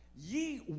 Ye